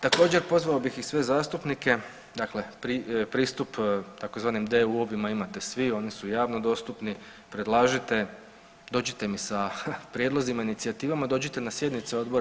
Također pozvao bih i sve zastupnike, dakle pristup tzv. DEU imate svi, oni su javno dostupni, predlažite, dođite mi sa prijedlozima, inicijativama, dođite na sjednice Odbora.